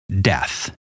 death